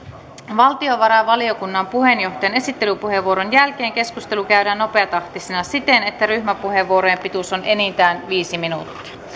valtiovarainvaliokunnan puheenjohtajan esittelypuheenvuoron jälkeen keskustelu käydään nopeatahtisena siten että ryhmäpuheenvuorojen pituus on enintään viisi minuuttia